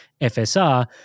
FSR